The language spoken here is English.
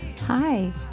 Hi